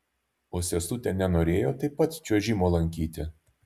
o sesutė nenorėjo taip pat čiuožimo lankyti